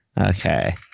Okay